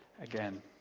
again